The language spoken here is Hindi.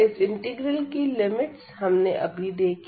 इस इंटीग्रल की लिमिट्स हमने अभी देखी